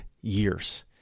years